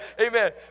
Amen